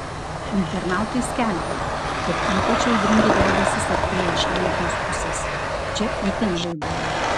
internautai skelbia kad ypač audringi debesys artėja iš lenkijos pusės čia itin žaibuoja